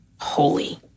holy